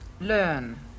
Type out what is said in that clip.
learn